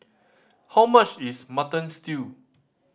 how much is Mutton Stew